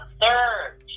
third